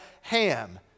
Ham